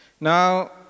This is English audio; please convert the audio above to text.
Now